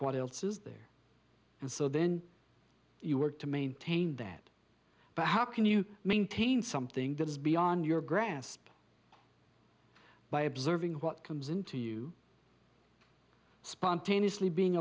what else is there and so then you work to maintain that but how can you maintain something that is beyond your grasp by observing what comes into you spontaneously being